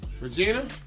Regina